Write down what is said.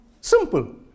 simple